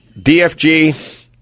DFG